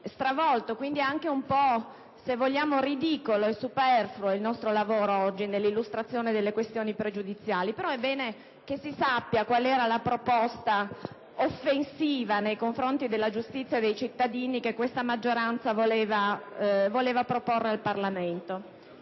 stravolto; quindi è anche un po' ridicolo e superfluo il nostro lavoro di illustrazione delle questioni pregiudiziali. È bene però che si sappia quale era la proposta offensiva, nei confronti della giustizia e dei cittadini, che questa maggioranza voleva proporre al Parlamento.